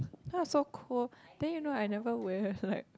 then I so cool then you know I never wear like